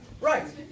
Right